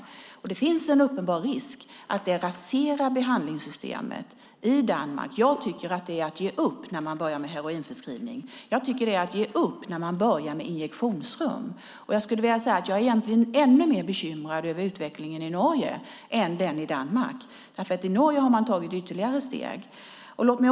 Det finns en uppenbar risk att detta raserar behandlingssystemet i Danmark. Jag tycker att det är att ge upp när man börjar med heroinförskrivning. Jag tycker att det är att ge upp när man börjar med injektionsrum. Jag är egentligen ännu mer bekymrad över utvecklingen i Norge än den i Danmark. I Norge har man nämligen tagit ytterligare steg.